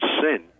sin